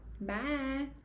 Bye